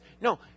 No